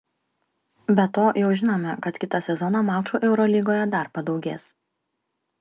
be to jau žinome kad kitą sezoną mačų eurolygoje dar padaugės